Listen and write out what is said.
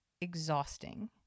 exhausting